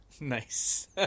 Nice